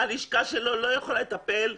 הלשכה שלו לא יכולה לטפל.